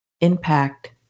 impact